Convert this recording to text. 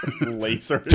laser